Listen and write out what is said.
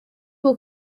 will